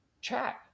chat